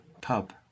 pub